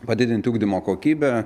padidinti ugdymo kokybę